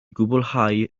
gwblhau